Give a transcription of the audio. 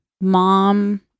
mom